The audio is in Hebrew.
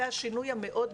והשינוי היותר גדול,